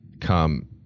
come